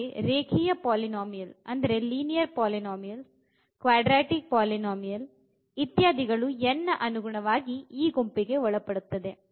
ಹಾಗೆಯೆ ರೇಖೀಯ polynomial quadratic polynomial ಇತ್ಯಾದಿಗಳು n ನ ಅನುಗುಣವಾಗಿ ಈ ಗುಂಪಿಗೆ ಒಳಪಡುತ್ತದೆ